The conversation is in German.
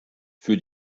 für